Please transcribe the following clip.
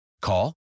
Call